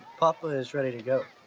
papa is ready to go.